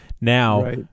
Now